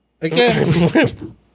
Again